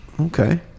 Okay